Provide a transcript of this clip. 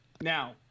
Now